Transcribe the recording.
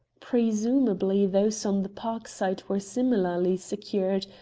presumably those on the park side were similarly secured,